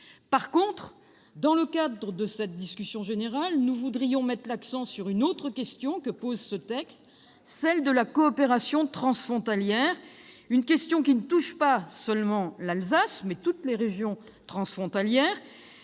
revanche, dans le cadre de cette discussion générale, nous voudrions mettre l'accent sur une autre question soulevée par ce texte : celle de la coopération transfrontalière qui touche non seulement l'Alsace, mais toutes les régions transfrontalières.